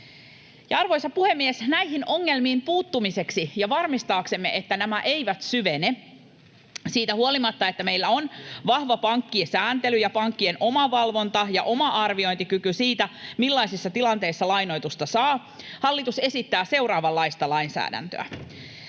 Arvoisa puhemies! Näihin ongelmiin puuttumiseksi ja varmistaaksemme, että nämä eivät syvene — siitä huolimatta, että meillä on vahva pankkisääntely ja pankkien omavalvonta ja oma arviointikyky siitä, millaisissa tilanteissa lainoitusta saa — hallitus esittää seuraavanlaista lainsäädäntöä: